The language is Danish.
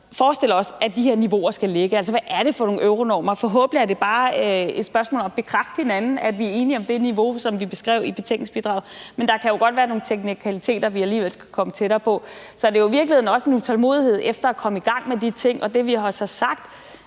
forestiller os at de her niveauer skal ligge. Altså, hvad er det for nogle Euronormer? Forhåbentlig er det bare et spørgsmål om at bekræfte hinanden i, at vi er enige om det niveau, som vi beskrev i betænkningsbidraget, men der kan jo godt være nogle teknikaliteter, som vi alligevel skal komme tættere på. Så det er jo i virkeligheden også en utålmodighed efter at komme i gang med de ting. Og det, vi så har sagt,